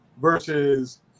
versus